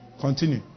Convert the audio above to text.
Continue